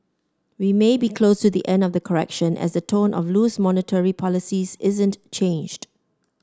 we may be close to the end of the correction as the tone of loose monetary policies isn't changed